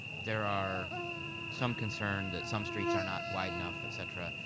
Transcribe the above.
there are some concern that some streets are not wide enough, et cetera.